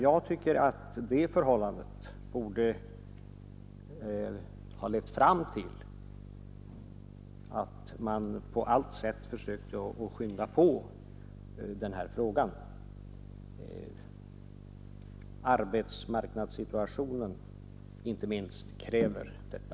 Jag tycker att det förhållandet borde ha lett fram till att man på allt sätt försökte skynda på den här frågan. Arbetsmarknadssituationen inte minst kräver detta.